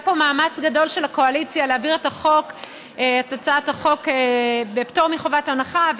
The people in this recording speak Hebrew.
היה פה מאמץ גדול של הקואליציה להעביר את הצעת החוק בפטור מחובת הנחה,